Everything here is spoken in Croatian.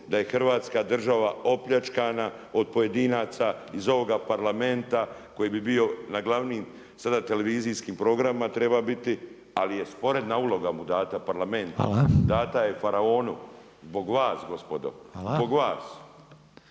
da je Hrvatska država opljačkana od pojedinaca iz ovoga Parlamenta koji bi bio na glavnim sada televizijskim programima treba biti ali je sporedna uloga mu dana Parlamentu, dana je faraonu zbog vas gospodo, zbog vas.